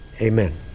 Amen